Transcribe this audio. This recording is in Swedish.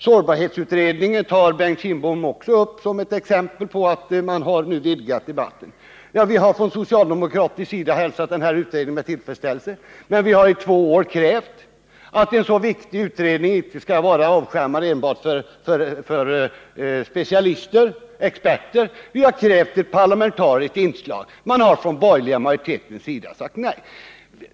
Sårbarhetsutredningen tog Bengt Kindbom också upp som ett exempel på att man har vidgat debatten. Ja, vi socialdemokrater har hälsat denna utredning med tillfredsställelse. Men vi har i två år krävt att en så viktig utredning inte skall vara avskärmad enbart för experter, och vi har krävt ett parlamentariskt inslag. Den borgerliga majoriteten har sagt nej.